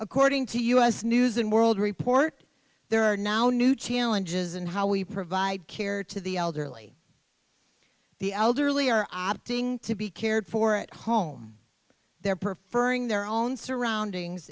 according to u s news and world report there are now new challenges and how we provide care to the elderly the elderly are opting to be cared for at home their prefer their own surroundings